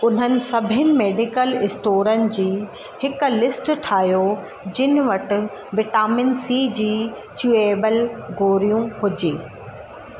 उन्हनि सभिनि मैडिकल स्टोरनि जी हिकु लिस्ट ठाहियो जिन वटि विटामिन सी जी चिउएबल गोरियूं हुजे